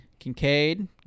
Kincaid